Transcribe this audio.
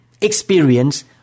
experience